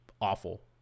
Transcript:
awful